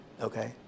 okay